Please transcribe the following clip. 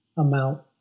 Amount